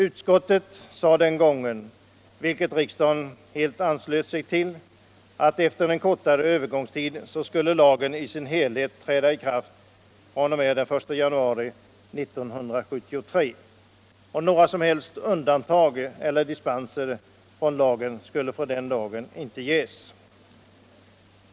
Utskottet sade den gången — vilket riksdagen helt anslöt sip till — att efter en kortare övergångstud skulle lagen i sin helhet träda i kraft den 1 januari 1973. Några som helst undantag elter dispenser från lagen skulle från den dagen inte medges.